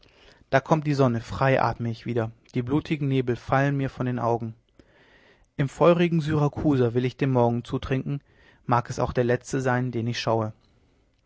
da kommt die sonne frei atme ich wieder die blutigen nebel fallen mir von den augen im feurigen syrakuser will ich dem morgen zutrinken mag es auch der letzte sein den ich schaue